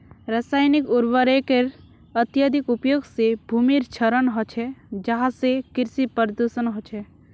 रासायनिक उर्वरकेर अत्यधिक उपयोग से भूमिर क्षरण ह छे जहासे कृषि प्रदूषण ह छे